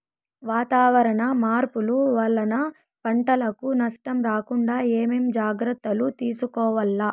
వాతావరణ మార్పులు వలన పంటలకు నష్టం రాకుండా ఏమేం జాగ్రత్తలు తీసుకోవల్ల?